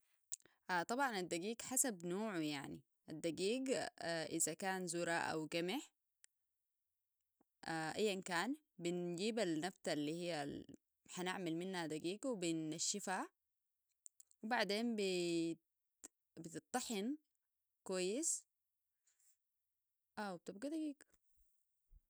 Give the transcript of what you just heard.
طبعا الدقيق حسب نوعه يعني الدقيق اذا كان ذره او قمح اين كان بنجيب النبتاء الهيا حنعمل منها دقيق وبنشفها وبعدين بتتطحن كويس و بتبقى دقيق